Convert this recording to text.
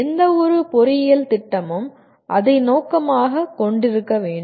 எந்தவொரு பொறியியல் திட்டமும் அதை நோக்கமாகக் கொண்டிருக்க வேண்டும்